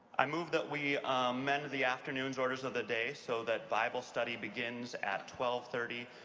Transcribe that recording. i move that we amend the afternoon's orders of the day so that bible study begins at twelve thirty,